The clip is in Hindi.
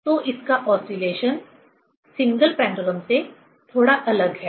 तो इसका ओसीलेशन सिंगल पेंडुलम से थोड़ा अलग है